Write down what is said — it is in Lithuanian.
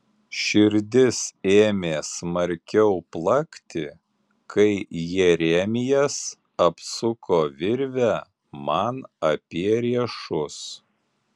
širdis ėmė smarkiau plakti kai jeremijas apsuko virvę man apie riešus